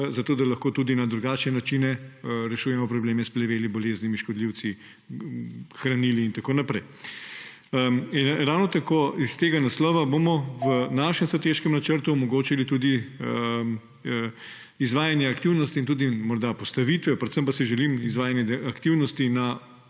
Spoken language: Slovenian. zato da lahko tudi na drugačne načine rešujemo probleme s pleveli, boleznimi, škodljivci, hranili in tako naprej. Ravno tako iz tega naslovabomo v našem strateškem načrtu omogočili tudi izvajanje aktivnosti in tudi morda postavitve, predvsem pa si želim izvajanja aktivnosti na